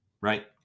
right